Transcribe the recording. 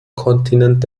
kontinent